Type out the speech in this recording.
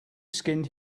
skinned